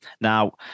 now